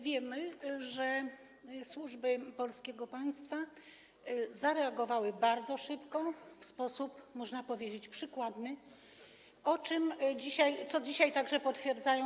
Wiemy, że służby polskiego państwa zareagowały bardzo szybko, w sposób, można powiedzieć, przykładny, co dzisiaj także potwierdzają.